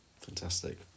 fantastic